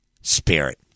Spirit